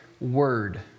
word